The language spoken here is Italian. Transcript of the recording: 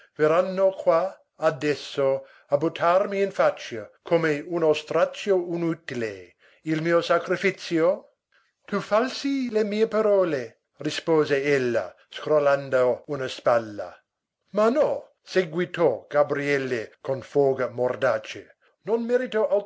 verranno qua adesso a buttarmi in faccia come uno straccio inutile il mio sacrifizio tu falsi le mie parole rispose ella scrollando una spalla ma no seguitò gabriele con foga mordace non merito